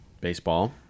Baseball